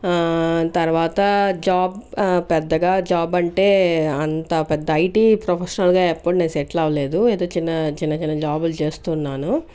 ఆ తర్వాత జాబ్ పెద్దగా జాబ్ అంటే అంత పెద్ద ఐటీ ప్రొఫెషనల్ గా ఎప్పుడు నేను సెటిల్ అవలేదు ఏదో చిన్న చిన్న జాబులు చేస్తున్నాను